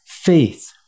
faith